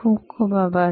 ખુબ ખુબ આભાર